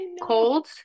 Cold